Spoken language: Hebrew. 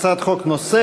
הצעת חוק נוספת,